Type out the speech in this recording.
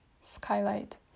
skylight